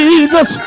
Jesus